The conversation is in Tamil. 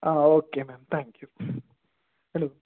ah okay ma'am thank you கண்டிப்பாக